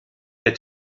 der